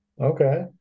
Okay